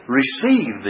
receive